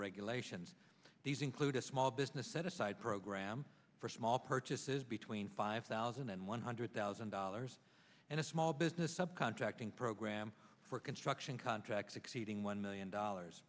regulations these include a small business set aside program for small purchases between five thousand and one hundred thousand dollars and a small business up contracting program for construction contracts exceeding one million dollars